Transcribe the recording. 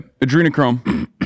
Adrenochrome